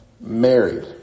married